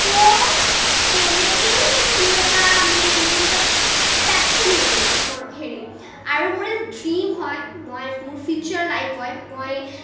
তো তেনেকৈ মানে মোৰ এটা মানে মোৰ এটা পেচন হৈ গ'ল আৰু মনত হেৰি আৰু মোৰ ড্ৰিম হয় মই মোৰ ফিউচাৰ লাইফ হয় মই